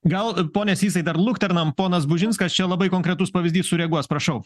gal pone sysai dar lukternam ponas bužinskas čia labai konkretus pavyzdys sureaguos prašau